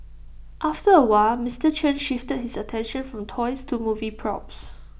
after A while Mister Chen shifted his attention from toys to movie props